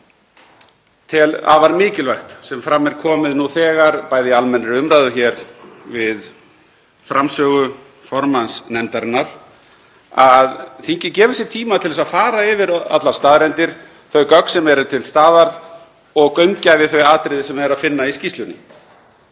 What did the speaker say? að ég tel afar mikilvægt sem fram er komið nú þegar, bæði í almennri umræðu hér og við framsögu formanns nefndarinnar, að þingið gefi sér tíma til að fara yfir allar staðreyndir, þau gögn sem eru til staðar, og gaumgæfi þau atriði sem er að finna í skýrslunni.